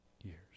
years